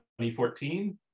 2014